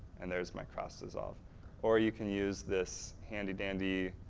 and there is my cross-dissolve. or you could use this handy dandy